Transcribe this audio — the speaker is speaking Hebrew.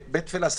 בית תפילה סגור,